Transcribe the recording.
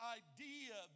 idea